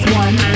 one